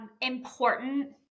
important